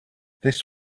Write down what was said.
this